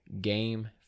game